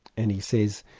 and he says,